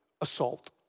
assault